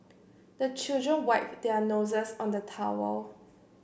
the children wipe their noses on the towel